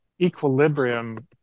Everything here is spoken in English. equilibrium